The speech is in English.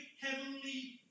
heavenly